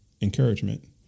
encouragement